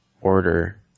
order